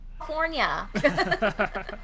California